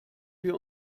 wir